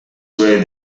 were